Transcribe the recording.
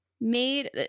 made